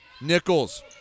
Nichols